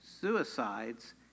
suicides